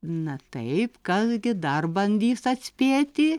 na taip kas gi dar bandys atspėti